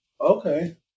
Okay